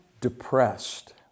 depressed